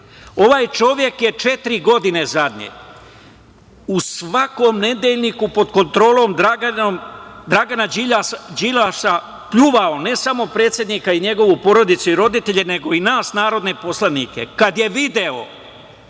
čovek je četiri godine zadnje u svakom Nedeljniku, pod kontrolom Dragana Đilasa, pljuvao ne samo predsednika i njegovu porodicu i roditelje, nego i nas narodne poslanike. Kad je video,